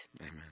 Amen